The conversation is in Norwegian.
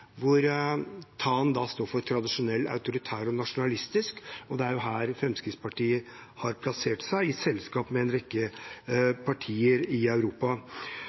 hvor TAN står for tradisjonell, autoritær og nasjonalistisk. Og det er jo her Fremskrittspartiet har plassert seg, i selskap med en rekke partier i Europa.